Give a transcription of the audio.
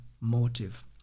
motive